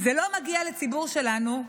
זה לא מגיע לציבור שלנו,